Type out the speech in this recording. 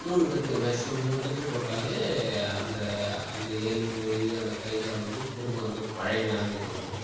மூணு கட்டு மேக்ஸிமம் மூணு கட்டு போட்டாலே அந்த அந்த எலும்பு முறிவு அந்த கை கால் வந்து திரும்ப வந்து பழைய நிலமைக்கு வந்துருங்க